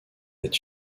est